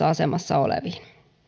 asemassa oleviin